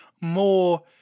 more